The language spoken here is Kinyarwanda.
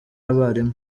abarimu